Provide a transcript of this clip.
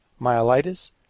myelitis